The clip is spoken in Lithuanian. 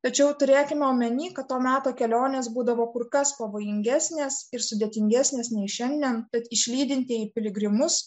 tačiau turėkime omeny kad to meto kelionės būdavo kur kas pavojingesnės ir sudėtingesnės nei šiandien tad išlydintieji piligrimus